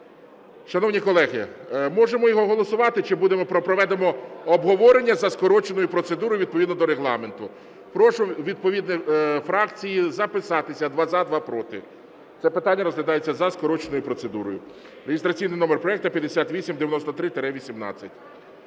Шановні колеги, можемо його голосувати чи проведемо обговорення за скороченою процедурою відповідно до Регламенту? Прошу фракції записатися: два – за, два – проти. Це питання розглядається за скороченою процедурою. Реєстраційний номер проекту 5893-18.